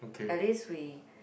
at least we